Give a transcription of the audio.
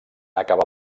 acabar